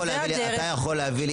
אתה יכול להביא לי,